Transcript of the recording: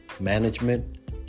management